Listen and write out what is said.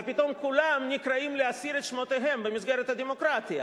פתאום כולם נקראים להסיר את שמותיהם במסגרת הדמוקרטיה